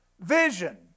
vision